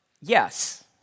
yes